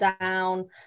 down